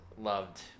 loved